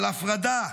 של הפרדה,